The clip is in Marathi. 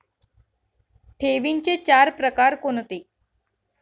ठेवींचे चार प्रकार कोणते?